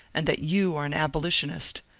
and that you are an abolitionist.